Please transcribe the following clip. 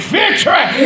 victory